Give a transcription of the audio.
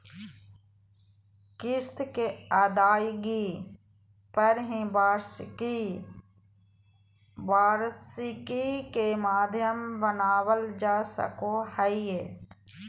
किस्त के अदायगी पर ही वार्षिकी के माध्यम बनावल जा सको हय